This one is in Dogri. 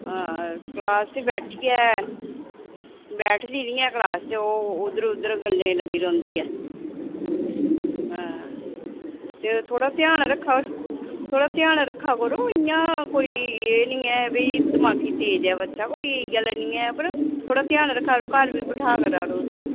क्लास च बैठियै बैठदी निं ऐ क्लास च ओह् उद्धर उद्धर गल्लें गी लग्गी रौंह्दी ऐ ते थोह्ड़ा ध्यान रक्खा कर थोह्ड़ा ध्यान करा करो इ'यां कोई एह् निं ऐ बी दमाकी तेज़ ऐ बच्चा कोई इ'यै जेहा नेईं ऐ पर ध्यान रक्खा करो घर बी बैठा करो उसी